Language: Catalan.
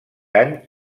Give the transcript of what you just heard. any